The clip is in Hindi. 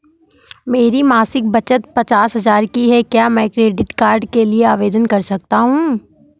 मेरी मासिक बचत पचास हजार की है क्या मैं क्रेडिट कार्ड के लिए आवेदन कर सकता हूँ?